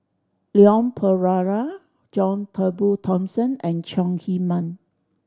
Leon Perera John Turnbull Thomson and Chong Heman